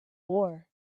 war